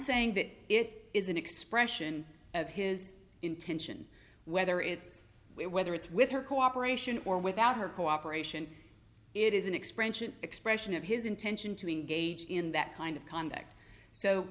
saying that it is an expression of his intention whether it's whether it's with her cooperation or without her cooperation it is an expression expression of his intention to engage in that kind of conduct so